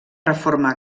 reforma